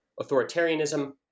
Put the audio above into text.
authoritarianism